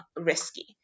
risky